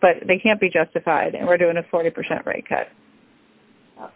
but they can't be justified and we're doing a forty percent rate cut